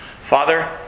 Father